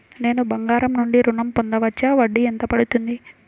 నేను బంగారం నుండి ఋణం పొందవచ్చా? వడ్డీ ఎంత పడుతుంది?